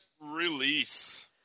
Release